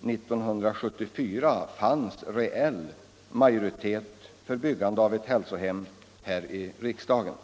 1974 här i riksdagen fanns reell majoritet för byggande av ett hälsocenter i Vindeln.